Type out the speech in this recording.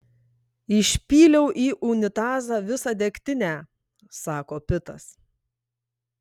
išpyliau į unitazą visą degtinę sako pitas